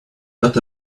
what